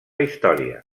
història